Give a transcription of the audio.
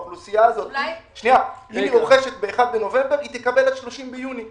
אם האוכלוסייה הזאת רוכשת ב-1 בנובמבר היא תקבל עד 30 ביוני.